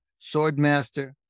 swordmaster